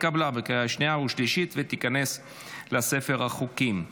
התקבלה בקריאה שנייה ושלישית ותיכנס לספר החוקים.